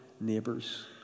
neighbors